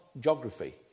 geography